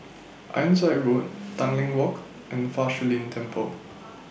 Ironside Road Tanglin Walk and Fa Shi Lin Temple